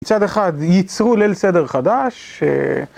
מצד אחד ייצרו ליל סדר חדש.